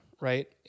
right